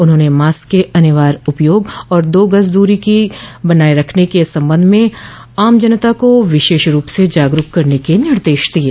उन्होंने मास्क के अनिवार्य उपयोग और दो गज की दूरी बनाये रखने के संबंध में आम जनता को विशेष रूप से जागरूक करने के निर्देश दिये